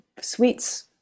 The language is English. sweets